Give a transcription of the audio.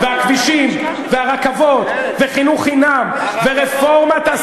והכבישים, והרכבות, וחינוך חינם, ורפורמת, כן.